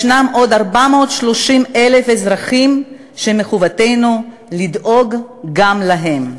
יש עוד 430,000 אזרחים שמחובתנו לדאוג גם להם.